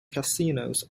casinos